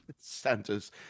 Santa's